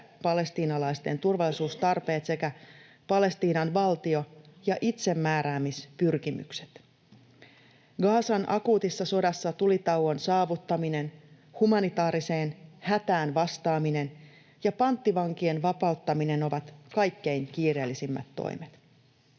palestiinalaisten turvallisuustarpeet sekä Palestiinan valtio ja itsemääräämispyrkimykset. Gazan akuutissa sodassa tulitauon saavuttaminen, humanitaariseen hätään vastaaminen ja panttivankien vapauttaminen ovat kaikkein kiireellisimmät toimet.